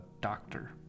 doctor